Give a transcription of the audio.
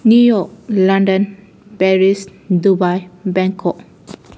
New York London Paris Dubai Bangkok